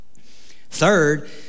Third